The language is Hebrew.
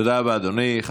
תודה רבה, אדוני.